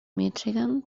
michigan